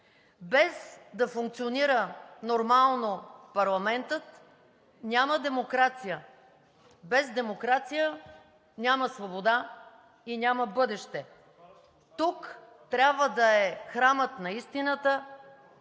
Без да функционира нормално парламентът, няма демокрация. Без демокрация няма свобода и няма бъдеще. Тук трябва да е храмът на истината,